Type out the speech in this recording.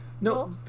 No